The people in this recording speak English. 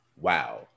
wow